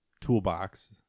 toolbox